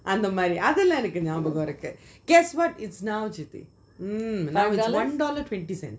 அந்த மாறி அதுலாம் நியாபகம் இருக்கு:antha maari athulam neyabagam iruku guess what is now shruti mm it was one dollar fifty cents